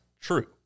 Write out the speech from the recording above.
true